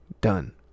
done